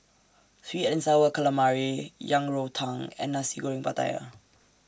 Sweet and Sour Calamari Yang Rou Tang and Nasi Goreng Pattaya